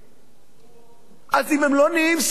אז אם הם לא נהיים שרים בדרך הטבע,